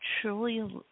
truly